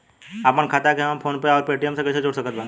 आपनखाता के हम फोनपे आउर पेटीएम से कैसे जोड़ सकत बानी?